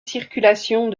circulations